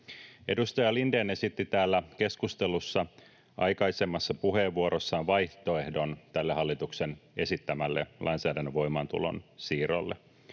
Edustaja Lindén esitti täällä keskustelussa aikaisemmassa puheenvuorossaan vaihtoehdon tälle hallituksen esittämälle lainsäädännön voimaantulon siirrolle.